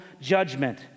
judgment